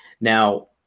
Now